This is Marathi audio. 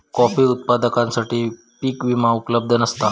कॉफी उत्पादकांसाठी पीक विमा उपलब्ध नसता